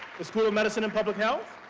the school of medicine and public health.